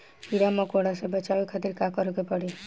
कीड़ा मकोड़ा से बचावे खातिर का करे के पड़ी?